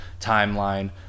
timeline